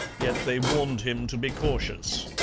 yet they warned him to be cautious.